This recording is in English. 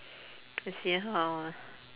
we see how lah